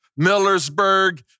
Millersburg